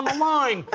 line,